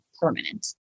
permanent